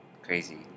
Crazy